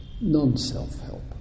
non-self-help